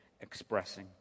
expressing